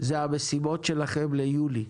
זה המשימות שלכם ליולי,